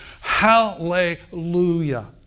Hallelujah